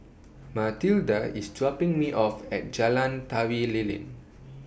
Matilda IS dropping Me off At Jalan Tari Lilin